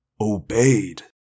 Obeyed